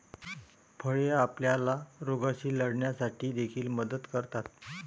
फळे आपल्याला रोगांशी लढण्यासाठी देखील मदत करतात